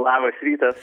labas rytas